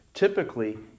Typically